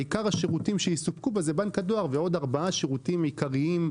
עיקר השירתים שיסופקו זה בנק הדואר ועוד 4 שירותים עיקריים.